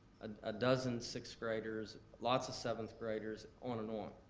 a dozen sixth graders, lots of seventh graders, on and on,